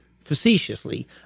facetiously